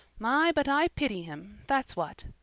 my, but i pity him, that's what.